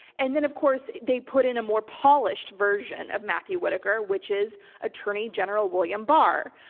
and then of course they put in a more polished version of matthew whitaker, which is attorney general william barr,